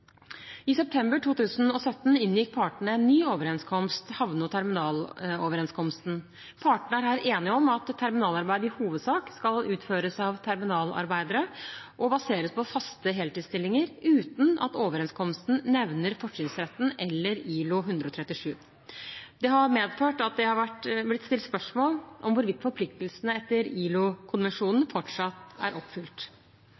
I september 2017 inngikk partene en ny overenskomst – Havne- og terminaloverenskomsten. Partene er her enige om at terminalarbeid i hovedsak skal utføres av terminalarbeidere og baseres på faste heltidsstillinger, uten at overenskomsten nevner fortrinnsretten eller ILO 137. Det har medført at det har blitt stilt spørsmål om hvorvidt forpliktelsene etter